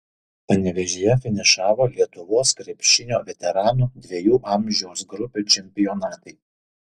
panevėžyje finišavo lietuvos krepšinio veteranų dviejų amžiaus grupių čempionatai